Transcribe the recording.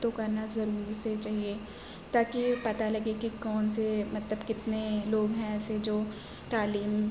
تو کرنا ضرور سے چاہئے تاکہ یہ پتہ لگے کہ کون سے مطلب کتنے لوگ ہیں ایسے جو تعلیم